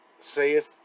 saith